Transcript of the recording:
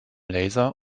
laser